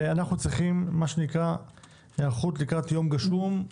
אנחנו צריכים להיערך לקראת ימים גשומים,